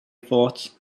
thought